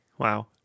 Wow